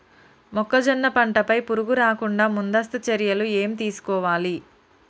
మొక్కజొన్న పంట పై పురుగు రాకుండా ముందస్తు చర్యలు ఏం తీసుకోవాలి?